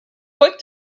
what